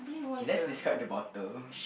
okay let's describe the bottle